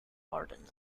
ordinal